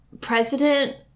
President